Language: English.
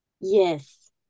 Yes